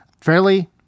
fairly